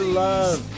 love